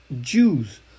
Jews